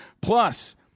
Plus